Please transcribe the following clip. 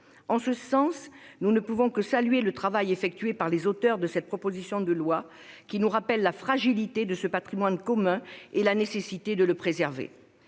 En ce sens, nous ne pouvons que saluer le travail effectué par les auteurs de cette proposition de loi qui nous rappellent la fragilité de ce patrimoine commun et la nécessité de le préserver.